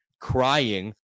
crying